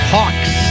Hawks